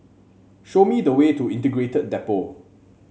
show me the way to Integrated Depot